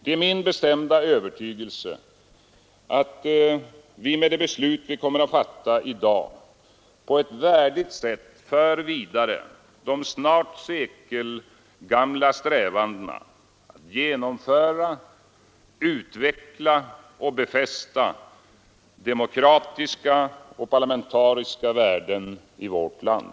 Det är min bestämda övertygelse att vi med det beslut vi kommer att fatta i dag på ett värdigt sätt för vidare de snart sekelgamla strävandena att genomföra, utveckla och befästa demokratiska och parlamentariska värden i vårt land.